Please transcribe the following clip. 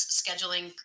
scheduling